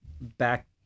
back